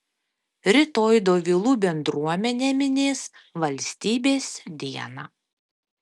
rytoj dovilų bendruomenė minės valstybės dieną